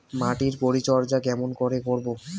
মাটির পরিচর্যা কেমন করে করব?